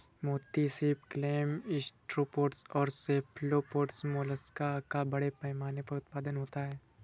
मोती सीप, clam, gastropods और सेफलोपोड्स मोलस्क का बड़े पैमाने पर उत्पादन होता है